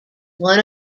one